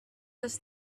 does